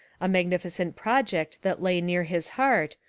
a magnificent project that lay near his heart,